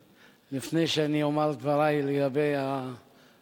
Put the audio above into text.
לפני שאני אומר את דברי לגבי הילדים,